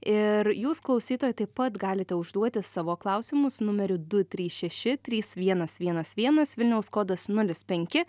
ir jūs klausytojai taip pat galite užduoti savo klausimus numeriu du trys šeši trys vienas vienas vienas vilniaus kodas nulis penki